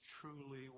truly